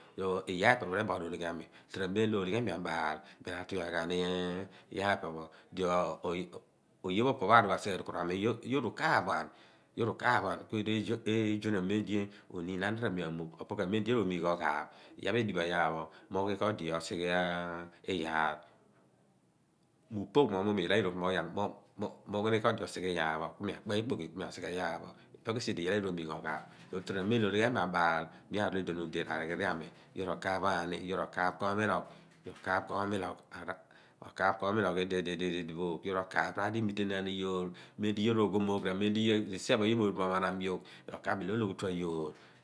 So iyaar phe pe pho redua ghan ologhiami. Toroamem di ologhiami abaal mi raatughian ghaani dio pha diphe pho dio oye oye pho opo pho a ru bo a sighe umoor pho a mi yoor ukaaph ghan kueru eezuaanaam mem di oniin aniir ami amuugh opo bua mem di yoor oh migh oghaaph iyaar pho edighi bo iyaar pho edighi bo iyaar pho miu ghi koodi osighe iyaar. Miu poogh mo iyaal a yoor upomo ghain miughini kodi okpe ikopki osighe iyaar pho bin iyaal ayoor omiigh oghaaph bin torobo a mem di ologhiam abaal di mi arool ude ra righiri ami yoor rokaaph ghan ni komilogh idid id ooh ku yoor okaaph raar di imiteenaan iyoor mem di yoor oghomoogh sien yoor mo rubo omanam yoor rokaaph ghan mi ilo ologho otu ayoor